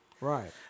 Right